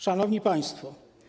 Szanowni Państwo!